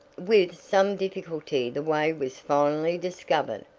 with some difficulty the way was finally discovered,